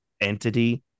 entity